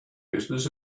business